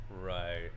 Right